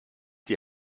die